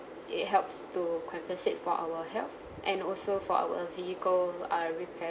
it helps to compensate for our health and also for our vehicle uh repairs